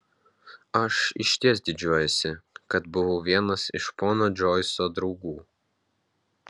aš išties didžiuojuosi kad buvau vienas iš pono džoiso draugų